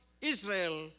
Israel